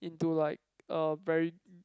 into like a very